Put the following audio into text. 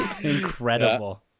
incredible